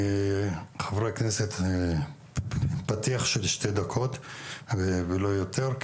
חברי כנסת ייתנו פתיח של שתי דקות ולא יותר,